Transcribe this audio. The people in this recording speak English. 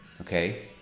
Okay